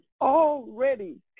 already